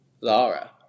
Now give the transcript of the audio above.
Lara